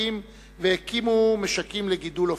משובחים והקימו משקים לגידול עופות.